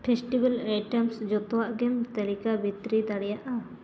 festival item ᱡᱚᱛᱚᱣᱟᱜ ᱜᱮᱢ ᱛᱟᱹᱨᱤᱠᱟ ᱵᱷᱤᱛᱨᱤ ᱫᱟᱲᱮᱭᱟᱜᱼᱟ